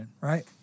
right